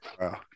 Wow